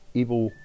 evil